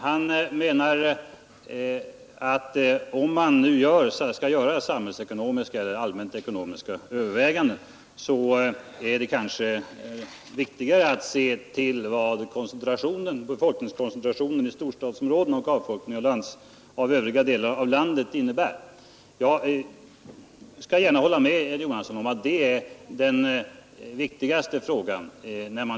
Han menar att om man skall göra samhällsekoär det viktigare att se nomiska eller allmänt ekonomiska överväganden, så ningen i övriga delar av landet innebär. Visst.